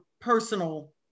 personal